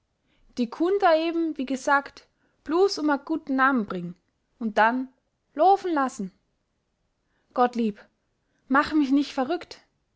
die kunnt a eben wie gesagt bluß um a guten namen bring und dann loofen lassen gottlieb mach mich nich verrückt